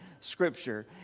Scripture